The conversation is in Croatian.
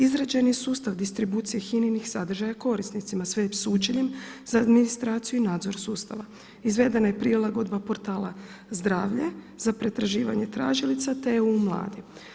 Izrađen je sustav distribucije HINA-inih sadržaja korisnicima … sučeljem za administraciju i nadzor sustava, izvedena je prilagodba portala zdravlje za pretraživanje tražilica te EU mladi.